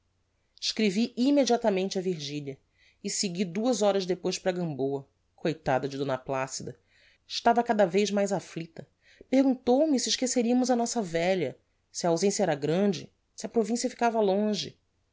escrevi immediatamente a virgilia e segui duas horas depois para a gamboa coitada de d placida estava cada vez mais afflicta perguntou-me se esqueceriamos a nossa velha se a ausencia era grande e se a provincia ficava longe